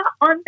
on